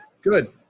Good